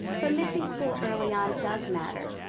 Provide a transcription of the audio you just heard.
so missing school early on does matter.